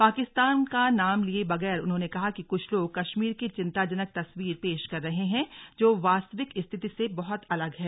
पाकिस्तान का नाम लिए बगैर उन्होंने कहा कि कुछ लोग कश्मीर की चिन्ताजनक तस्वीर पेश कर रहे हैं जो वास्तविक स्थिति से बहुत अलग है